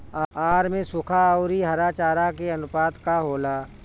आहार में सुखा औरी हरा चारा के आनुपात का होला?